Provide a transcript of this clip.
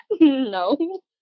No